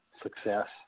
Success